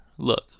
Look